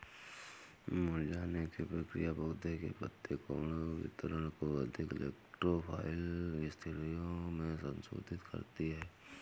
मुरझाने की प्रक्रिया पौधे के पत्ती कोण वितरण को अधिक इलेक्ट्रो फाइल स्थितियो में संशोधित करती है